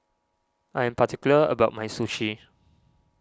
I am particular about my Sushi